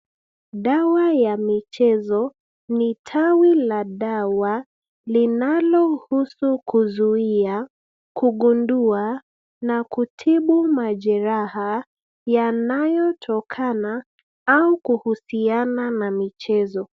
Dawa ya michezo ni tawi la dawa linalohusu kuzuia, kugundua na kutibu majereha yanayotokana au kuhusiana na michezo.